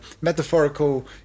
metaphorical